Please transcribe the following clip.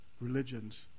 religions